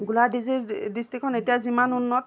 গোলাঘাট ডিষ্ট্ৰিকখন এতিয়া যিমান উন্নত